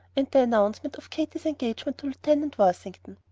and the announcement of katy's engagement to lieutenant worthington.